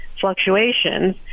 Fluctuations